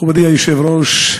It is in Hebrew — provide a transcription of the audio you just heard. מכובדי היושב-ראש,